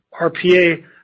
RPA